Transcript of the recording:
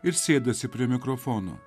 ir sėdasi prie mikrofono